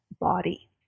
body